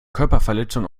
körperverletzung